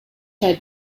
head